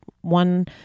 one